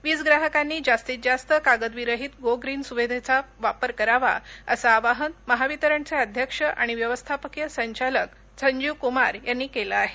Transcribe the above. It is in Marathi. वीजग्राहकांनी जास्तीत जास्त कागद विरहीत गो ग्रीन सुविधेचा वापर करावा असं आवाहन महावितरणचे अध्यक्ष आणि व्यवस्थापकीय संचालक संजीव कुमार यांनी केले आहे